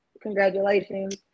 congratulations